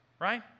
right